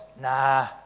nah